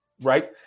right